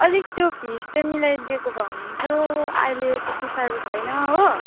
अलिक त्यो फिस चाहिँ मिलाइदिएको भए हुन्थ्यो अहिले त्यति साह्रो छैन हो